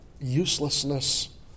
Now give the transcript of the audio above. uselessness